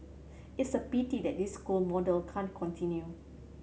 it's a pity that this school model can't continue